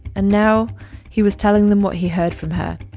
and now he was telling them what he heard from her,